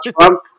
Trump